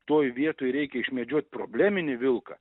toj vietoj reikia išmedžiot probleminį vilką